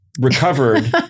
Recovered